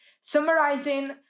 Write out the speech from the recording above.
summarizing